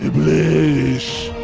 please